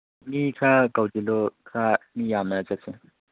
ꯃꯤ ꯈꯔ ꯀꯧꯁꯤꯜꯂꯨ ꯈꯔ ꯃꯤ ꯌꯥꯝꯅ ꯆꯠꯁꯤ